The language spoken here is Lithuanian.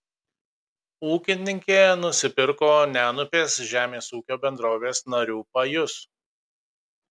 ūkininkė nusipirko nenupės žemės ūkio bendrovės narių pajus